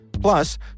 Plus